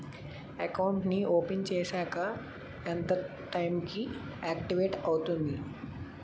Account నీ open చేశాక ఎంత టైం కి ఆక్టివేట్ అవుతుంది?